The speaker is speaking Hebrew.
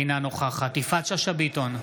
אינה נוכחת יפעת שאשא ביטון,